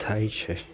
થાય છે